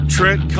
Trent